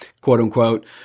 quote-unquote